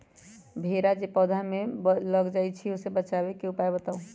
भेरा जे पौधा में लग जाइछई ओ से बचाबे के उपाय बताऊँ?